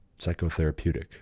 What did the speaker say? psychotherapeutic